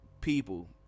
People